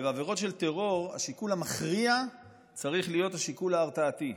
בעבירות של טרור השיקול המכריע צריך להיות השיקול ההרתעתי,